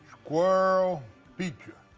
squirrel pizza.